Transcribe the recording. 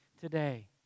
today